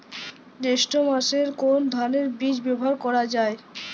জৈষ্ঠ্য মাসে কোন ধানের বীজ ব্যবহার করা যায়?